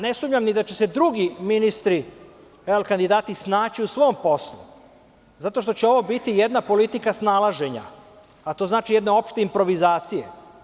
Ne sumnjam ni da će se drugi ministri, kandidati, snaći u svom poslu, zato što će ovo biti jedna politika snalaženja, a to znači jedna opšta improvizacija.